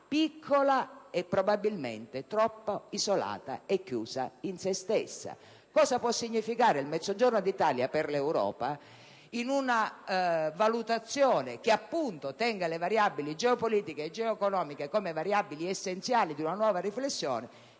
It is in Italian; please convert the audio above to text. piccola e probabilmente troppo isolata e chiusa in se stessa. Cosa può significare il Mezzogiorno d'Italia per l'Europa in una valutazione che, appunto, consideri le variabili geopolitiche e geoeconomiche come variabili essenziali di una nuova riflessione